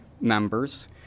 members